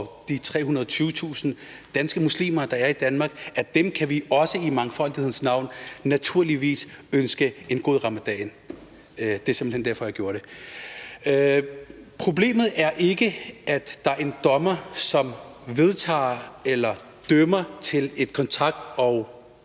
de 320.000 danske muslimer, der er i Danmark, kan vi naturligvis også i mangfoldighedens navn bruge anledningen til at ønske en god ramadan. Det er simpelt hen derfor, jeg gjorde det. Problemet er ikke, at der er en dommer, som giver en dom om et kontaktforbud.